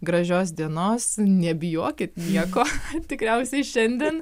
gražios dienos nebijokit nieko tikriausiai šiandien